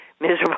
miserable